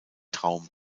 traum